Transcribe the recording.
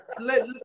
let